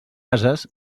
ases